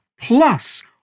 plus